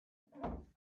gemeinsam